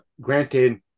granted